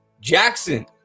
Jackson